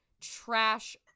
trash